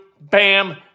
bam